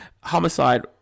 Homicide